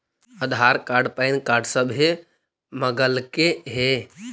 आधार card PAN card सभे मगलके हे?